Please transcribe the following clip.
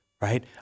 right